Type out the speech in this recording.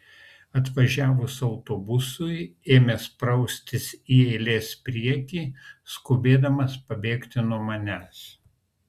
atvažiavus autobusui ėmė spraustis į eilės priekį skubėdamas pabėgti nuo manęs